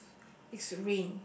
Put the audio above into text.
is rain